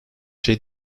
şey